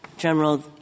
General